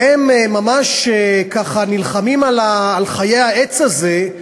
והם ממש ככה נלחמים על חיי העץ הזה,